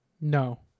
No